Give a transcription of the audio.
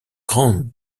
grande